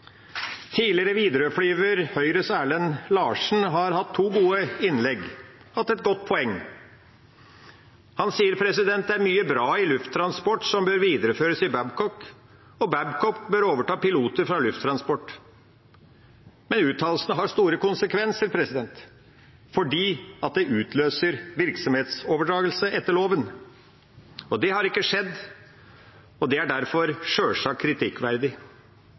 Tidligere Widerøe-flyver, Høyres Erlend Larsen, har hatt to gode innlegg, og han hadde et godt poeng. Han sier at det er mye bra i Lufttransport som bør videreføres i Babcock, og Babcock bør overta piloter fra Lufttransport. Men uttalelsene har store konsekvenser fordi det utløser virksomhetsoverdragelse etter loven, og det har ikke skjedd, og det er derfor sjølsagt kritikkverdig.